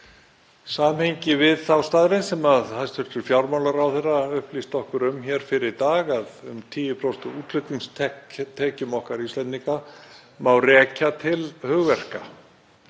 samhengi við þá staðreynd sem hæstv. fjármálaráðherra upplýsti okkur um hér fyrr í dag, að um 10% af útflutningstekjum okkar Íslendinga megi rekja til hugverka.